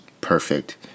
Perfect